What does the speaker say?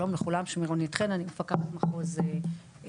שלום לכולם, אני רונית חן, מפקחת מחוז העיר